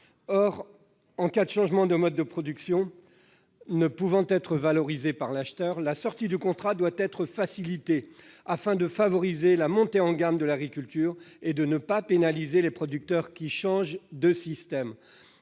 Or, en cas de changement du mode de production ne pouvant être valorisé par l'acheteur, la sortie du contrat doit être facilitée, afin de favoriser la montée en gamme de l'agriculture et de ne pas pénaliser les producteurs qui changent de système.